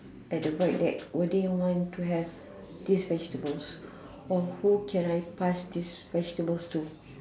at the void deck will they want to have this vegetables or who can I pass these vegetables to